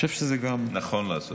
אני חושב שזה גם נכון לעשות.